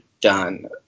done